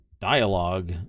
dialogue